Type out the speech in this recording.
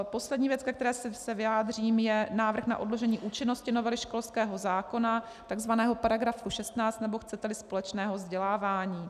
Poslední věc, ke které se vyjádřím, je návrh na odložení účinnosti novely školského zákona, takzvaného § 16, nebo chceteli společného vzdělávání.